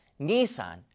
Nissan